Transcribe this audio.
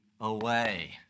away